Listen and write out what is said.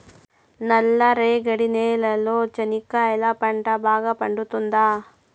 నల్ల రేగడి నేలలో చెనక్కాయ పంట బాగా పండుతుందా?